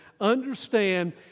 Understand